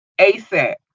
ASAP